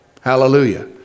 Hallelujah